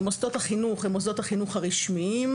מוסדות החינוך הם מוסדות החינוך הרשמיים,